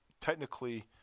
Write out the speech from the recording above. technically